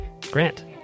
grant